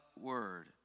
word